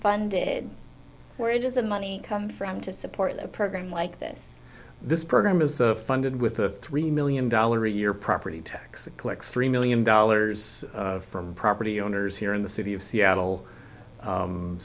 funded where does the money come from to support a program like this this program is funded with a three million dollars a year property tax collects three million dollars from property owners here in the city of seattle